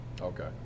Okay